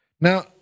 Now